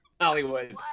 Hollywood